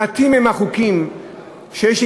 מעטים הם החוקים שבהם תוך כדי עבודת הוועדה